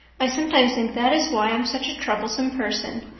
i sometimes think that is why i'm such a troublesome person.